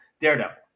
daredevil